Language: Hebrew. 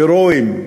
הירואיים,